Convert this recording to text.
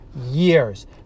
years